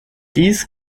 dies